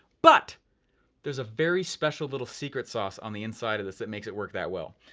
but there's a very special little secret sauce on the inside of this that makes it work that well.